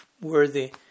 worthy